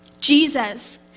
Jesus